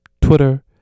twitter